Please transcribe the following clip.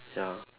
ya